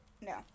No